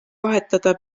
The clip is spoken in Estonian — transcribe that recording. vahetada